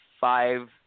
five